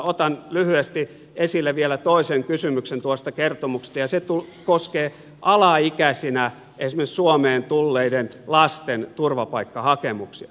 otan lyhyesti esille vielä toisen kysymyksen tuosta kertomuksesta ja se koskee alaikäisinä esimerkiksi suomeen tulleiden lasten turvapaikkahakemuksia